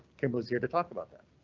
came but here to talk about that.